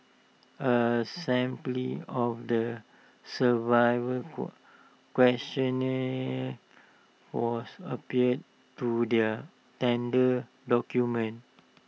A of the questionnaire was appended to their tender documents